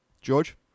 George